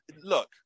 look